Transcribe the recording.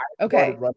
Okay